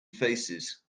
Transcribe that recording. faces